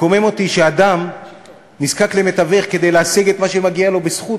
מקומם אותי שאדם נזקק למתווך כדי להשיג את מה שמגיע לו בזכות,